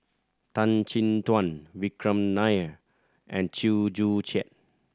Tan Chin Tuan Vikram Nair and Chew Joo Chiat